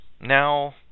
now